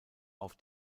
auf